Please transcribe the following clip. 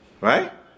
Right